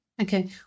Okay